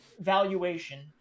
valuation –